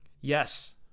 Yes